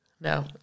No